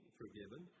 forgiven